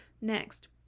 next